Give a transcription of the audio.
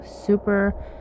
super